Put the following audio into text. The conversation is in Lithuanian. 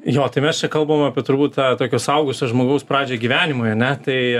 jo tai mes čia kalbam apie turbūt tokio suaugusio žmogaus pradžią gyvenimui ane tai